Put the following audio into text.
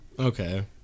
okay